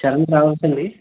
చరణ్ ట్రావెల్సా అండి